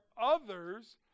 others